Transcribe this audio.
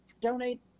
donate